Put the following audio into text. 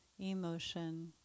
emotion